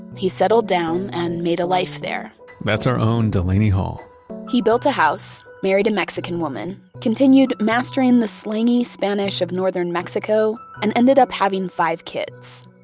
he settled down and made a life there that's our own delaney hall he built a house, married a mexican woman, continued mastering the slangy spanish of northern mexico, and ended up having five kids.